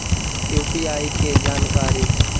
UPI के जानकारी?